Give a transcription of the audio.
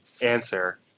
answer